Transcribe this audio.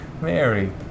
Mary